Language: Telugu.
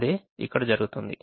అదే ఇక్కడ జరుగుతుంది